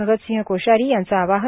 भगत सिंह कोश्यारी यांचं आवाहन